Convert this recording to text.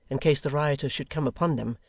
in case the rioters should come upon them,